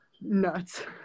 nuts